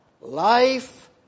life